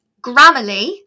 Grammarly